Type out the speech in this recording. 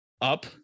up